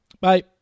bye